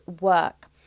work